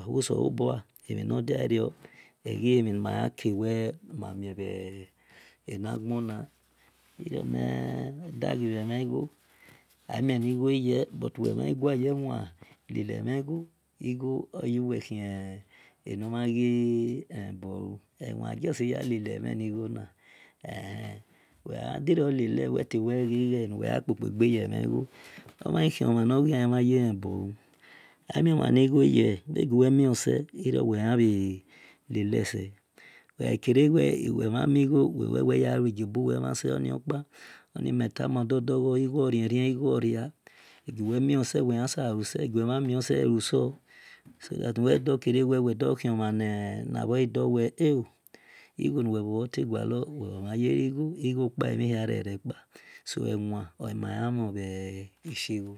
ahuoselo bua emhi nor diarior eghi emhi ni ma yan kie wel ma mie bhe enagbona iruo meh daghe bhe mhen ghi amie ni gho ye but wel gha mhan ghi gua ye wan khian bhe mhen kho okhi yu wel khi omhan nor mhan khi lebo lu ewan ajusti ya lele lemhi gho na wel gha dirio lele nuwel gha kpokpe gbe yi emhen gho oghian le ghi khie nomhan le bo lu amio mhan ni gho ye bhe bu wel bhe mie mhen ghi sel irio we yan bhe lele mhen gho sel gho wel wel nu we yalue gio buwel mhen sel onio kpa mel tumo dor dor ghor igho o ria igho o rierie egiu wel mie se wel yan luse egiu we mhan mie se ghe lu sor so that hu wel ghe dor khio mha na wel ei igho nor bhor tay gualor omhan wek mhan ye lie gho igho kpa emhi hia re-re kpu so ewan o e ma yan mhon bhi shi gho